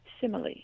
simile